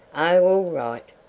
oh, all right!